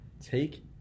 take